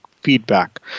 feedback